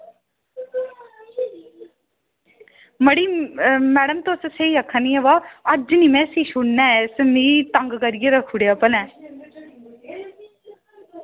मड़ी मैड़म तुस स्हेई आक्खा नी आं बाऽ अज्ज निं में इसी छुड़ना ऐ इस तंग करियै रक्खी ओड़ेआ भला